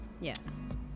Yes